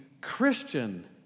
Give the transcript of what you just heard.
Christian